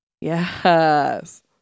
Yes